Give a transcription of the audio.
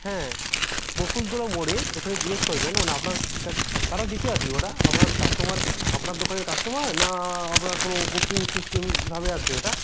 হ্যাঁ বকুলতলা মোড়ে ওখানে জিজ্ঞাসা করবেন মানে আপনার কা কারা দিতে আসবে ওটা আপনার কাস্টমার আপানার দোকানের কাস্টমার না আপনার কোনো বুকিং সিস্টেমভাবে আসবে এটা